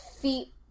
feet